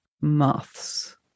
Moths